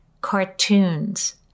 cartoons